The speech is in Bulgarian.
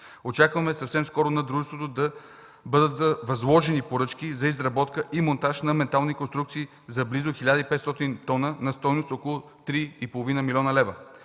Очакваме съвсем скоро на дружеството да бъдат възложени поръчки за изработка и монтаж на метални конструкции за близо 1500 тона на стойност около 3,5 млн. лв.